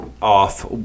off